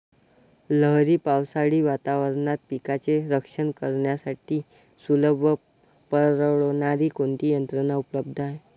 लहरी पावसाळी वातावरणात पिकांचे रक्षण करण्यासाठी सुलभ व परवडणारी कोणती यंत्रणा उपलब्ध आहे?